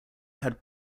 had